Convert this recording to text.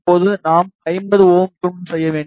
இப்போது நாம் 50 Ω துண்டு செய்ய வேண்டும்